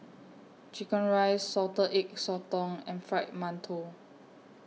Chicken Rice Salted Egg Sotong and Fried mantou